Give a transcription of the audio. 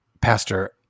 pastor